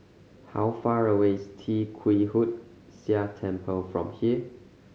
how far away is Tee Kwee Hood Sia Temple from here